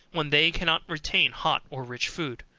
when they cannot retain hot or rich food.